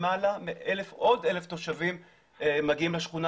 למעלה מעוד 1,000 תושבים מגיעים לשכונה.